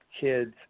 kids